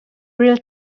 real